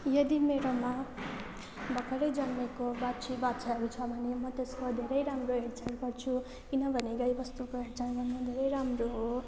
यदि मेरोमा भर्खरै जन्मेको बाछीबाछाहरू छ भने म त्यसको धेरै राम्रो हेरचाह गर्छु किनभने गाईबस्तुको हेरचाह गर्नु धेरै राम्रो हो